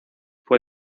fue